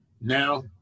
now